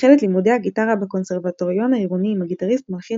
החל את לימודי הגיטרה בקונסרבטוריון העירוני עם הגיטריסט/מלחין